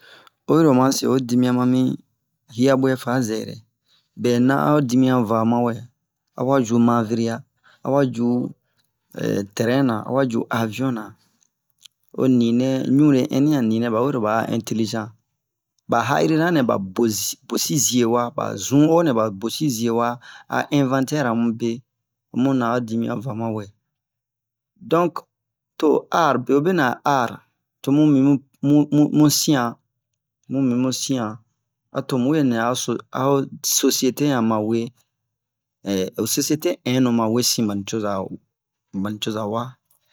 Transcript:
oyiro oma seho dimiyan mami yiabɛ fa zɛrɛ bɛna a'o dimiyan vama wɛ awa ju maviria awa ju train na awa ju avion na oninɛ ɲure ɛnɛa ninɛ bawero ba'a intelligent ba ya'irina nɛ ba bo bosi ziewa ba zu'onɛ ba bosi ziewa a inventer ara mube omuna a dimiyan vama wɛ donc to art beyobenɛ a art tomu mimu mu sian mumi mu sian ato muwe nɛ aso a'o societe yan mawe o societe hinnu mawe sin bani coza bani cozawa